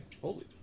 Holy